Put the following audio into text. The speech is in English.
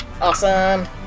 Awesome